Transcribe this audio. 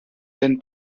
den